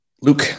Luke